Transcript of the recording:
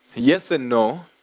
yes and no,